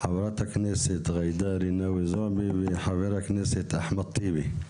חברת הכנסת ג'ידא רינאוי זועבי וחבר הכנסת אחמד טיבי.